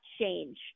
change